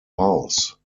house